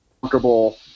comfortable